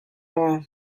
maw